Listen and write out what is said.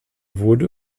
wurde